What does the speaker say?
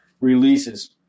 releases